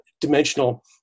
dimensional